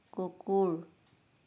কুকুৰ